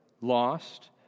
lost